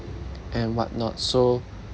and whatnot so